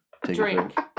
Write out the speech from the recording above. Drink